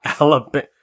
Alabama